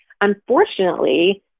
Unfortunately